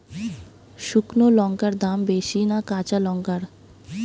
শুক্নো লঙ্কার দাম বেশি না কাঁচা লঙ্কার?